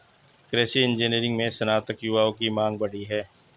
कृषि इंजीनियरिंग में स्नातक युवाओं की मांग बढ़ी है